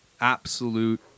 absolute